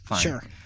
Sure